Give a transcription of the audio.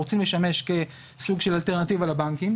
כסוג של אלטרנטיבה לבנקים,